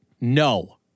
No